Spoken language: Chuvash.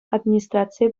администрацийӗ